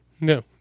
No